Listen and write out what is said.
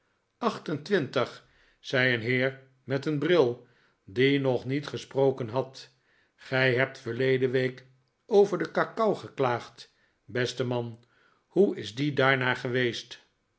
twintig zei een heer met een bril die nog niet gesproken had gij hebt verleden week over de cacao geklaagd beste man hoe is die daarna geweest